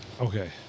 Okay